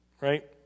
right